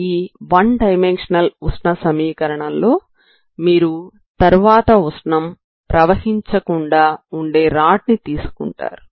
ఈ one dimensional ఉష్ణ సమీకరణంలో మీరు తర్వాత ఉష్ణం ప్రసరించకుండా ఉండే రాడ్ ని తీసుకుంటారు